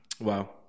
Wow